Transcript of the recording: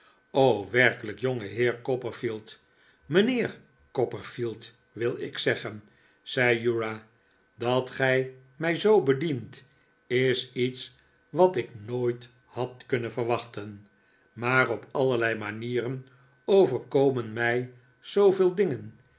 werkelijk jongeheer copperfield mijnheer copperfield wil ik zeggen zei uriah dat gij mij zoo bedient is lets wat ik nooit had kiinnen verwachten maar op allerlei manieren overkomen mij zooveel dingen